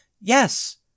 yes